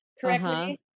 correctly